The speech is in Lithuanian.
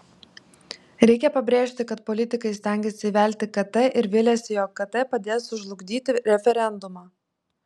reikia pabrėžti kad politikai stengiasi įvelti kt ir viliasi jog kt padės sužlugdyti referendumą